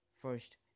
first